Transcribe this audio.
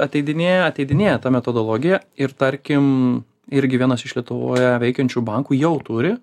ateidinėja ateidinėja ta metodologija ir tarkim irgi vienas iš lietuvoje veikiančių bankų jau turi